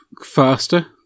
faster